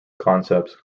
concepts